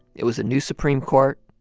it was a new supreme court,